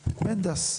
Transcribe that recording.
בנדס.